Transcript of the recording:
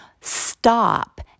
stop